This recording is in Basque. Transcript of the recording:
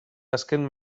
azken